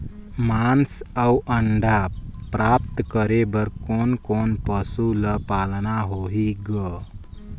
मांस अउ अंडा प्राप्त करे बर कोन कोन पशु ल पालना होही ग?